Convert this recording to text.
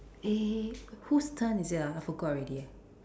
eh whose turn is it ah I forgot already eh